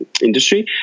industry